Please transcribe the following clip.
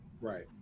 Right